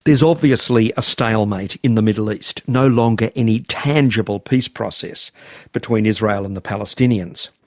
there's obviously a stalemate in the middle east no longer any tangible peace process between israel and the palestinians.